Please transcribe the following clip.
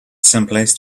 someplace